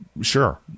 sure